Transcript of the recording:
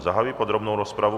Zahajuji podrobnou rozpravu.